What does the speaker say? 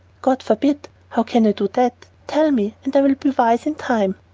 god forbid! how can i do that? tell me, and i will be wise in time.